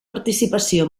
participació